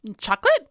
chocolate